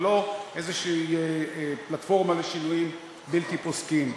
ולא איזושהי פלטפורמה לשינויים בלתי פוסקים.